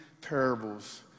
parables